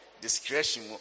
discretion